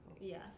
Yes